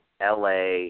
LA